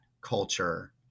culture